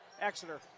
Exeter